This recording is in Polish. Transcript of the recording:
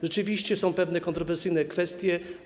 Rzeczywiście są pewne kontrowersyjne kwestie.